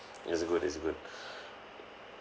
it's good it's good